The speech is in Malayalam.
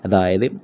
അതായത്